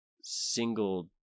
single